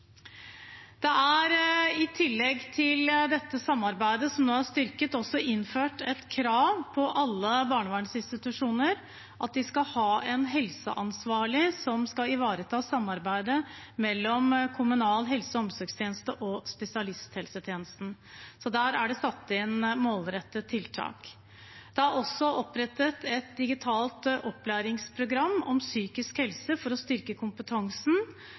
Det er i tillegg til dette samarbeidet, som nå er styrket, også innført et krav til alle barnevernsinstitusjoner om at de skal ha en helseansvarlig som skal ivareta samarbeidet mellom kommunal helse- og omsorgstjeneste og spesialisthelsetjenesten. Så der er det satt inn målrettede tiltak. Det er også opprettet et digitalt opplæringsprogram om psykisk helse for å styrke kompetansen,